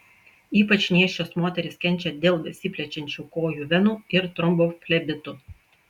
ypač nėščios moterys kenčia dėl besiplečiančių kojų venų ir tromboflebitų